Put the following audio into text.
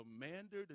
commander